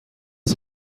این